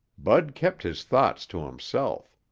bud kept his thoughts to himself.